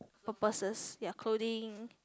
purposes ya clothing